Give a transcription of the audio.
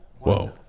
Whoa